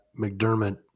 mcdermott